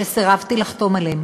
וסירבתי לחתום עליהן